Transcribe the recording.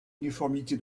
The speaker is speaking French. uniformité